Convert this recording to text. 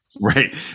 Right